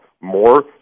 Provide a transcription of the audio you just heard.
more